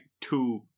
two